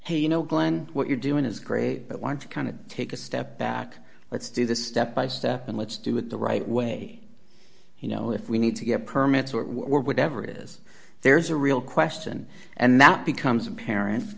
hey you know glenn what you're doing is great but want to kind of take a step back let's do this step by step and let's do it the right way you know if we need to get permits we're whatever it is there's a real question and that becomes apparent